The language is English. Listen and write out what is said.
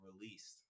released